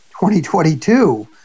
2022